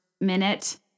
minute